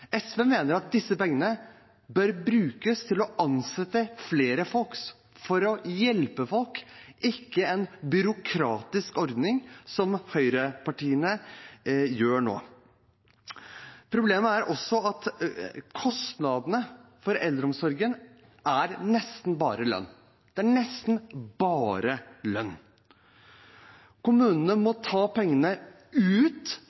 SV mener at disse pengene bør brukes til å ansette flere for å hjelpe folk, ikke en byråkratisk ordning, som høyrepartiene foreslår nå. Problemet er også at kostnadene for eldreomsorgen er nesten bare lønn.